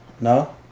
no